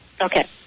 Okay